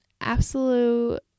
absolute